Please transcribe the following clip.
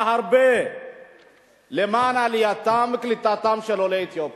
הרבה למען עלייתם וקליטתם של עולי אתיופיה.